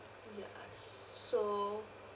ya so